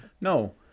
No